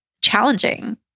challenging